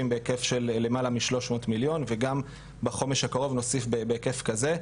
בהיקף של למעלה משלוש מאות מיליון וגם בחודש הקרוב נוסיף בהיקף כזה.